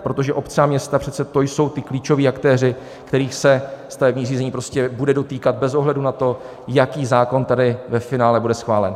Protože obce a města přece jsou ti klíčoví aktéři, kterých se stavební řízení bude dotýkat bez ohledu na to, jaký zákon tady ve finále bude schválen.